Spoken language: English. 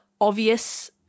obvious